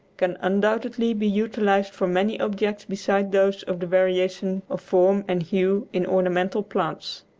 can undoubtedly be utilised for many objects besides those of the variation of form and hue in ornamental plants.